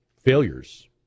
failures